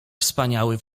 wspaniały